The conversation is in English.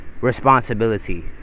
responsibility